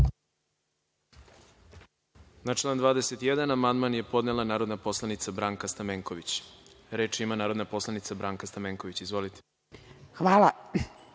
Na član 21. amandman je podnela narodna poslanica Branka Stamenković. Reč ima narodna poslanica Branka Stamenković. Izvolite.